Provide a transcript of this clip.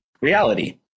reality